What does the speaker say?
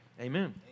Amen